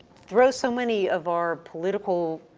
throws so many of our political